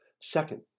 Second